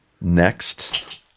next